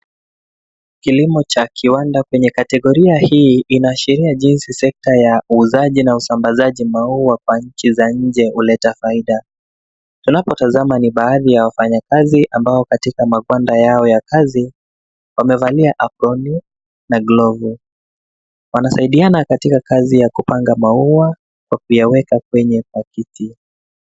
Kilimo cha kiwanda, kwenye kategoria hii inaashiria jinsi sekta ya uuzaji na usambazaji maua kwa nchi za nje huleta faida. Tunapotazama ni baadhi ya wafanyikazi ambao katika magwanda yao ya kazi, wamevalia aproni na glavu. Wanasaidiana katika kazi ya kupanga maua na kuyaweka kwenye pakiti.